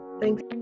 Thanks